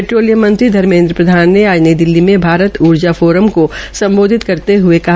petroleum मंत्री धमेन्द्र प्रधान ने नई दिल्ली में भारत ऊर्जा फोरम को सम्बोधित करते हये यह बात की